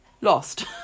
Lost